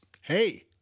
hey